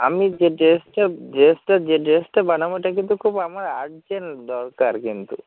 আমি যে ড্রেসটা ড্রেসটা যে ড্রেসটা বানাব ওটা কিন্তু খুব আমার আর্জেন্ট দরকার কিন্তু